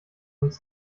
uns